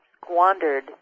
squandered